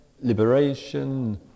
liberation